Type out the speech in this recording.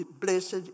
Blessed